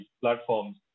platforms